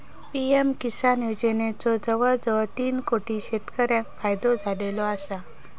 PM Kisan योजनेचो जवळजवळ तीन कोटी शेतकऱ्यांका फायदो झालेलो आसा